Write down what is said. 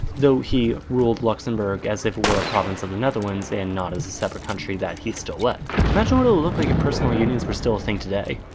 he ruled luxembourg as if it were a province of the netherlands, and not as a separate country that he still led. imagine what it would look like if personal unions were still a thing today?